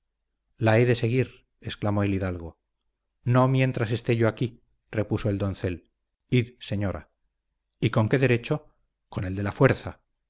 la he de seguir exclamó el hidalgo no mientras esté yo aquí repuso el doncel id señora y con qué derecho con el de la fuerza